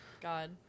God